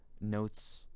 notes